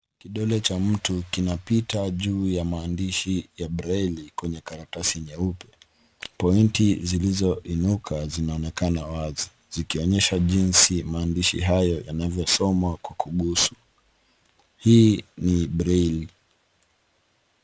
Kidole cha mtu kinapita juu ya maandishi ya breli kwenye karatasi nyeupe. Pointi zilizoinuka, zinaonekana wazi. Zikionyesha jinsi maandishi hayo yanavyosomwa kwa kuguza. Hii ni breli.